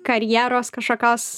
karjeros kažkokios